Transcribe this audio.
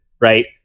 right